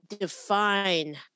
define